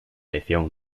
edición